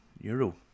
euro